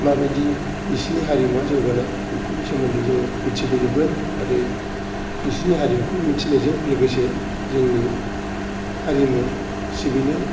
माबादि बिसिनि हारिमुआ जौगानाय बेफोरनि सोमोन्दै जोङो मिथिबोजोबगोन आरो बिसिनि हारिमुखौ मिथिनायजों लोगोसे जोंनि हारिमु सिबिनो